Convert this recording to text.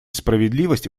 справедливость